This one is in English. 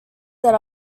that